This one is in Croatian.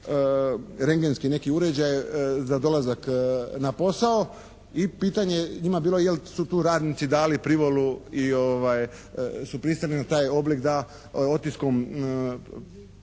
rendgenski neki uređaj za dolazak na posao. I pitanje njima jel su tu radnici dali privolu i su pristali na taj oblik da otiskom